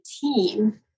team